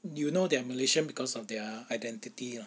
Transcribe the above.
you know they're malaysian because of their identity lah